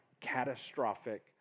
catastrophic